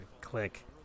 Click